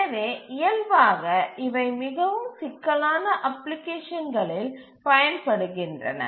எனவே இயல்பாக இவை மிகவும் சிக்கலான அப்ளிகேஷன்களில் பயன்படுகின்றன